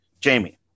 Jamie